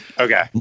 Okay